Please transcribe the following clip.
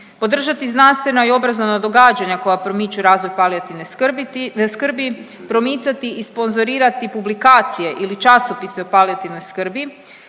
podržati znanstvena i obrazovna događanja koja promiču razvoj palijativne skrbi, promicati i sponzorirati publikacije ili časopise o palijativnoj skrbi,